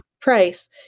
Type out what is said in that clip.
price